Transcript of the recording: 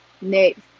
next